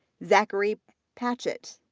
zachary patchett,